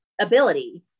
Ability